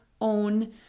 own